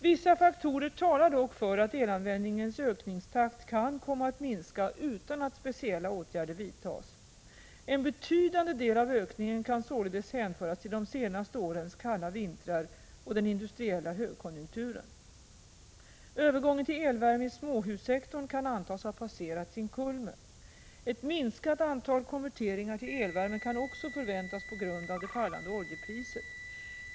Vissa faktorer talar dock för att elanvändningens ökningstakt kan komma att minska utan att speciella åtgärder vidtas. En betydande del av ökningen kan således hänföras till de senaste årens kalla vintrar och den industriella högkonjunkturen. Övergången till elvärme i småhussektorn kan antas ha passerat sin kulmen. Ett minskat antal konverteringar till elvärme kan också förväntas på grund av det fallande oljepriset.